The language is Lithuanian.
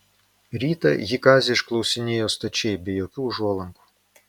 rytą ji kazį išklausinėjo stačiai be jokių užuolankų